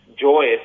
joyous